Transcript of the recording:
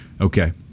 Okay